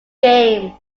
games